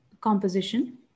composition